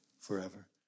forever